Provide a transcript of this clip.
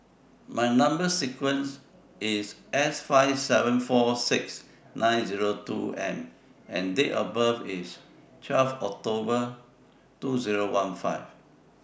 Number sequence IS S five seven four six nine Zero two M and Date of birth IS twelve October two Zero one five